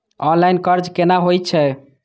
Online कर्ज केना होई छै?